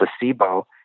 placebo